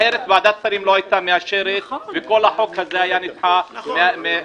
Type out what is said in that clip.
אחרת ועדת שרים לא היתה מאשרת וכל החוק הזה היה נדחה מהטרומית.